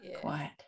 quiet